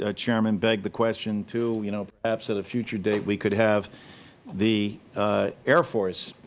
ah chairman, beg the question, too, you know perhaps at a future date, we could have the air force